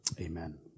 Amen